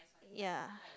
ya